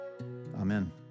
Amen